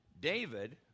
David